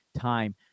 time